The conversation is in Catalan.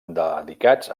dedicats